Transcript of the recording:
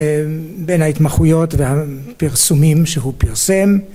בין ההתמחויות והפרסומים שהוא פרסם